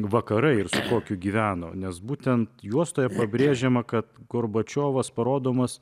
vakarai ir kokiu gyveno nes būtent juostoje pabrėžiama kad gorbačiovas parodomas